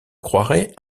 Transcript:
croirait